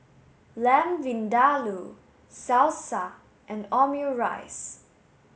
Lamb Vindaloo Salsa and Omurice